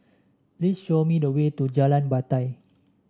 please show me the way to Jalan Batai